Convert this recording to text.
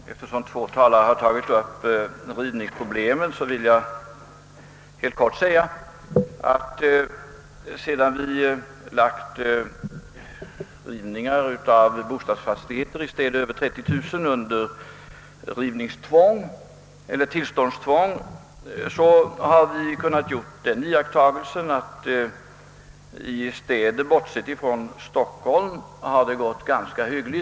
Herr talman! Eftersom två talare tagit upp rivningsproblemet, vill jag helt kort beröra det. Sedan vi lade rivningar av bostadsfastigheter i städer med över 30 000 invånare under tillståndstvång, har vi kunnat iaktta att det, bortsett från Stockholm, har gått ganska hyggligt.